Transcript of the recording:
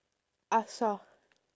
ask ah